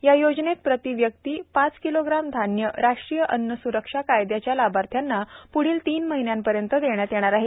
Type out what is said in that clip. या योजनेत प्रति व्यक्ति पांच किलोग्राम धान्य राष्ट्रीय अन्न सुरक्षा कायदयाच्या लाभार्थ्यांना प्ढील तीन महिन्यांपर्यंत देण्यात येणार आहे